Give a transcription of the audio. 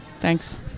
Thanks